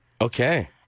Okay